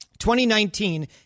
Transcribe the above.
2019